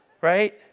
right